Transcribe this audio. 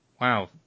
wow